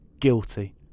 guilty